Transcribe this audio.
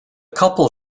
couple